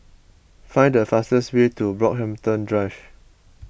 find the fastest way to Brockhampton Drive